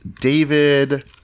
David